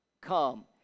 come